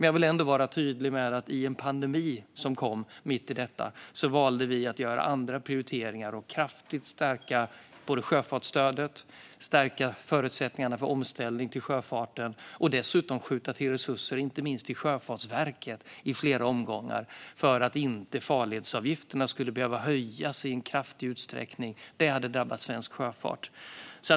Jag vill dock vara tydlig med att vi i den pandemi som kom mitt i detta valde att göra andra prioriteringar och att kraftigt stärka sjöfartsstödet, förbättra förutsättningarna för omställning till sjöfarten och skjuta till resurser till inte minst Sjöfartsverket i flera omgångar för att farledsavgifterna inte skulle behöva höjas kraftigt. Det hade drabbat svensk sjöfart.